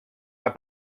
pas